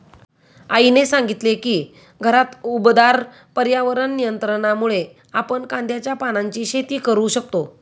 आईने सांगितले की घरात उबदार पर्यावरण नियंत्रणामुळे आपण कांद्याच्या पानांची शेती करू शकतो